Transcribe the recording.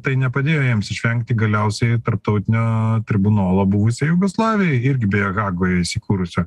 tai nepadėjo jiems išvengti galiausiai tarptautinio tribunolo buvusiai jugoslavijai irgi beje hagoje įsikūrusio